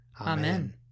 Amen